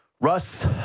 Russ